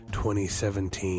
2017